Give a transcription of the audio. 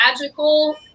magical